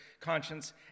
conscience